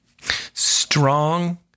Strong